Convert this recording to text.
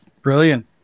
brilliant